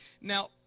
Now